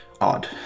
odd